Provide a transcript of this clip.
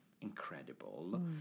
incredible